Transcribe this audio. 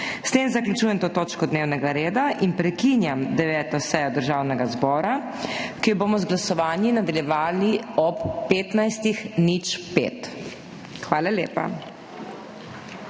S tem zaključujem to točko dnevnega reda in prekinjam 9. sejo Državnega zbora, ki jo bomo z glasovanji nadaljevali ob 15.05. Hvala lepa.